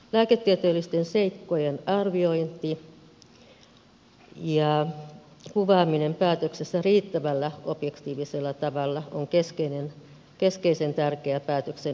lääketieteellisten seikkojen arviointi ja kuvaaminen päätöksessä riittävällä ja objektiivisella tavalla on keskeisen tärkeää päätöksen ymmärrettävyyden kannalta